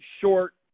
short